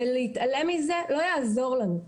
ולהתעלם מזה לא יעזור לנו,